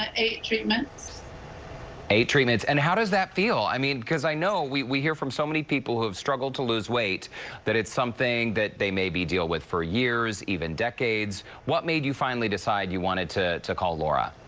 ah eight treatments. derrick eight treatments. and how does that feel? i mean i know we we hear from so many people who have struggled to lose weight that it's something that they maybe deal with for years, even decades. what made you finally decide you wanted to to call laura?